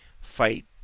fight